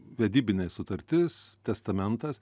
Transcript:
vedybinė sutartis testamentas